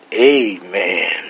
amen